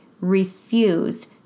refuse